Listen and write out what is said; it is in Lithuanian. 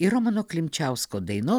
ir romano klimčiausko dainos